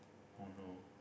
oh no